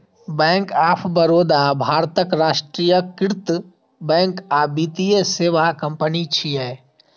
bank of Baroda भारतक राष्ट्रीयकृत bank आ वित्तीय सेवा कंपनी छियै